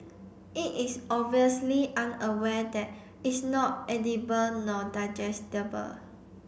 it is obviously unaware that it's not edible nor digestible